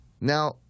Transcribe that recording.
Now